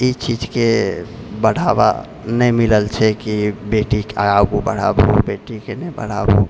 ई चीजके बढ़ावा नहि मिलल छै कि बेटीके आगू बढ़ाबु बेटीके नहि पढ़ाबु